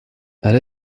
elle